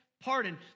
pardon